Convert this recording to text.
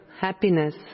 happiness